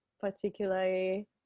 particularly